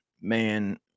man